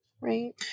Right